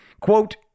Quote